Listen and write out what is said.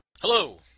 Hello